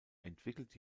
entwickelt